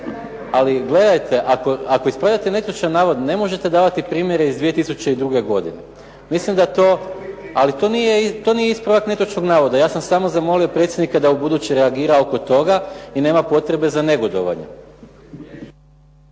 ali gledajte, ako ispravljate netočan navod, ne možete davati primjere iz 2002. godine. Mislim da to, ali to nije ispravak netočnog navoda, ja sam samo zamolio predsjednika da u buduće reagira oko toga i nema potrebe za negodovanjem.